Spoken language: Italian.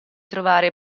trovare